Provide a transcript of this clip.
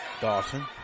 Dawson